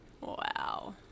Wow